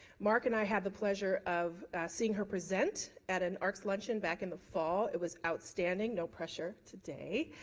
mark and i had the pleasure of seeing her present at an arcs luncheon back in the fall. it was outstanding. no pressure today.